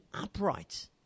upright